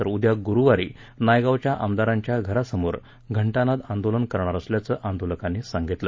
तर उद्या गुरूवारी नायगावच्या आमदारांच्या घरासमोर घंटानाद आंदोलन करणार असल्याचं आंदोलकांनी सांगितलं